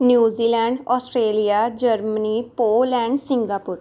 New Zealand Australia Germany Poland Singapore